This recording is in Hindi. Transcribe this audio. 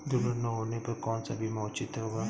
दुर्घटना होने पर कौन सा बीमा उचित होता है?